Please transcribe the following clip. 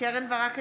קרן ברק,